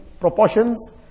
proportions